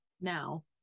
now